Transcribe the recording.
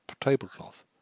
tablecloth